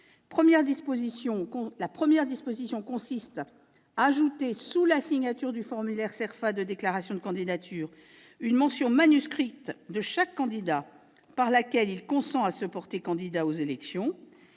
Il s'agit, d'une part, d'ajouter, sous la signature du formulaire CERFA de déclaration de candidature, une mention manuscrite de chaque candidat par laquelle celui-ci consent à se porter candidat aux élections.